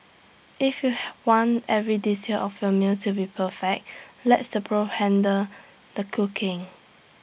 if you want every detail of your meal to be perfect lets the pros handle the cooking